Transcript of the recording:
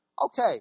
Okay